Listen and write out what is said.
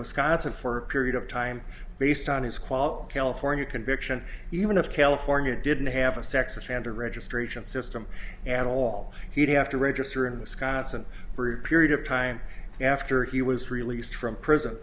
wisconsin for a period of time based on his qual california conviction even if california didn't have a sex offender registration system at all he'd have to register in wisconsin through period of time after he was released from prison